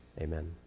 amen